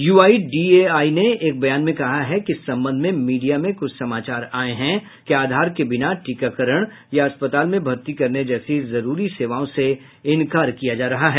UIDAI ने एक बयान में कहा है कि इस संबंध में मीडिया में कुछ समाचार आए हैं कि आधार के बिना टीकाकरण या अस्पताल में भर्ती करने जैसी जरूरी सेवाओं से इंकार किया जा रहा है